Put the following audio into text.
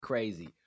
Crazy